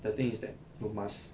the thing is that you must